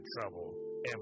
trouble